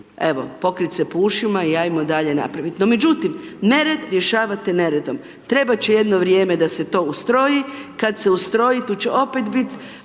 evo pokriti se po ušima i ajmo dalje napraviti. No međutim, nered rješavate neredom, trebati će jedno vrijeme da se to ustroji, kada se ustroji tu će opet biti